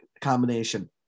combination